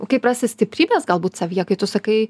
kaip rasti stiprybės galbūt savyje kai tu sakai